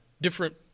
different